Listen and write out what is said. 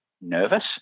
Nervous